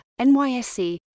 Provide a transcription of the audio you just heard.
NYSC